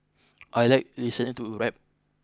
I like listening to rap